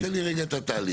תן לי רגע את התהליך.